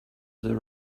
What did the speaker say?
the